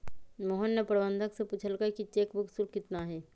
मोहन ने प्रबंधक से पूछल कई कि चेक बुक शुल्क कितना हई?